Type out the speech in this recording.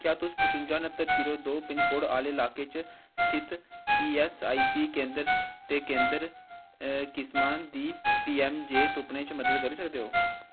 क्या तुस पचुंजा न्हत्तर जीरो दो पिनकोड आह्ले ल्हाके च स्थित ईऐस्सआईसी केंदर ते केंद्र किस्मा दी पीऐम्मजय तुप्पने च मदद करी सकदे ओ